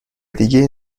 دیگهای